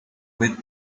with